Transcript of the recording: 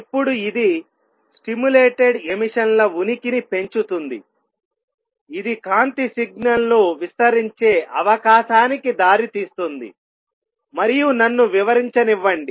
ఇప్పుడు ఇది stimulated emission ల ఉనికిని పెంచుతుంది ఇది కాంతి సిగ్నల్ను విస్తరించే అవకాశానికి దారితీస్తుంది మరియు నన్ను వివరించనివ్వండి